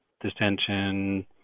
distension